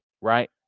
right